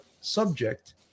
subject